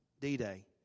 D-Day